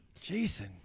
Jason